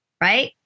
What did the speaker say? Right